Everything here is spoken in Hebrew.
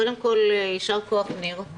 קודם כל יישר כוח, ניר.